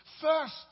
First